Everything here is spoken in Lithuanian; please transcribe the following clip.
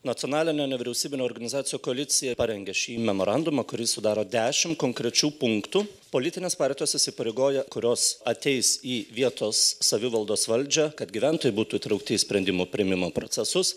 nacionalinė nevyriausybinių organizacijų koalicija parengė šį memorandumą kurį sudaro dešim konkrečių punktų politinės partijos įsipareigoja kurios ateis į vietos savivaldos valdžią kad gyventojai būtų įtraukti į sprendimų priėmimo procesus